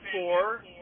four